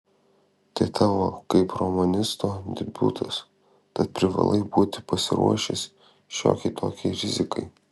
tai tavo kaip romanisto debiutas tad privalai būti pasiruošęs šiokiai tokiai rizikai